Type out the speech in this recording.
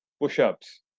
push-ups